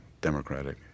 democratic